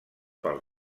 pel